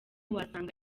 wasanga